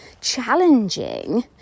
challenging